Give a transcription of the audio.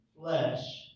flesh